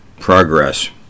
progress